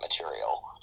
material